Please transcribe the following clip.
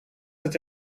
het